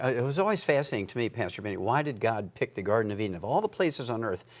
ah it was always fascinating to me, pastor benny. why did god pick the garden of eden? of all the places on earth,